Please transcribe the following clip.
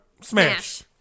Smash